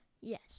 Yes